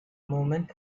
moment